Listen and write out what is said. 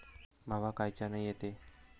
मावा कायच्यानं येते?